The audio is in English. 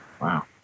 Wow